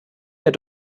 der